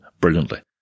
brilliantly